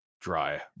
dry